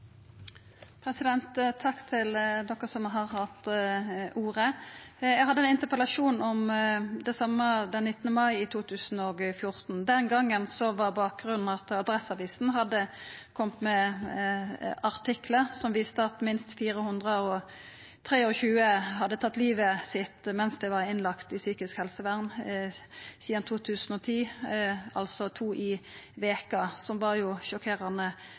Takk til dykkar som har hatt ordet. Eg hadde ein interpellasjon om det same den 19. mai 2014. Den gongen var bakgrunnen at Adresseavisen hadde kome med artiklar som viste at minst 423 pasientar hadde tatt livet sitt mens dei var innlagde i psykisk helsevern sidan 2010, altså to i veka – sjokkerande tal. Det var